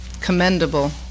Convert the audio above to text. commendable